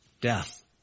Death